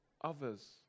others